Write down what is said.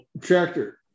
Tractor